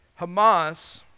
Hamas